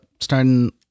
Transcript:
starting